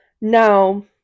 Now